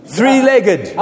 Three-legged